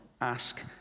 ask